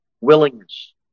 willingness